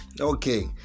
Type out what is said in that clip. Okay